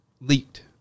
leaked